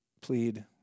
plead